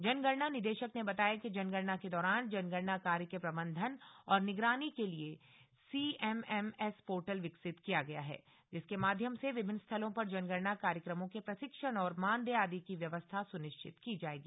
जनगणना निदेशक ने बताया कि जनगणना के दौरान जनगणना कार्य के प्रबंधन और निगरानी के लिए सीएमएस पोर्टल विकसित किया गया है जिसके माध्यम से विभिन्न स्थलों पर जनगणना कार्यक्रमों के प्रशिक्षण और मानदेय आदि की व्यवस्था सुनिश्चित की जाएगी